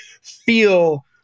feel